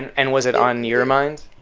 and was it on your mind?